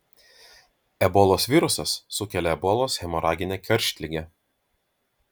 ebolos virusas sukelia ebolos hemoraginę karštligę